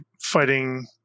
fighting